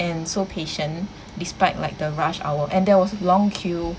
and so patient despite like the rush hour and there was a long queue